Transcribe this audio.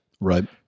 Right